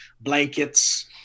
blankets